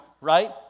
right